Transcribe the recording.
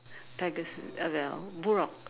Pegasus uh well Buraq